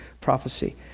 prophecy